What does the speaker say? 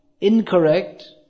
incorrect